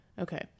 okay